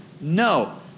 No